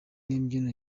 n’imbyino